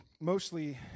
mostly